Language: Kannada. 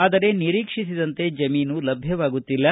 ಆದರೆ ನಿರೀಕ್ಷಿಸಿದಂತೆ ಜಮೀನು ಲಭ್ಯವಾಗುತ್ತಿಲ್ಲ